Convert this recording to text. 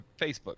Facebook